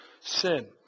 sin